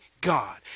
God